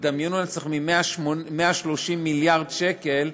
תדמיינו לעצמכם, 130 מיליארד שקל,